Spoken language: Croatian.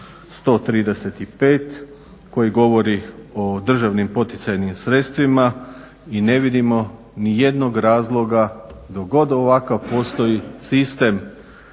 135. koji govori o državnim poticajnim sredstvima i ne vidimo nijednog razloga dok god ovakav postoji sistem